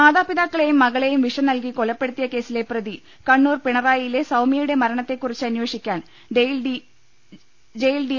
മാതാപിതാക്കളെയും മകളെയും വിഷം നൽകി കൊലപ്പെടുത്തിയ കേസിലെ പ്രതി കണ്ണൂർ പിണറായി യിലെ സൌമൃയുടെ മരണത്തെക്കുറിച്ച് അന്വേഷിക്കാൻ ജയിൽ ഡി